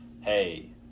Hey